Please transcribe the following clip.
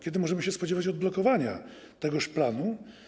Kiedy możemy się spodziewać odblokowania tegoż planu?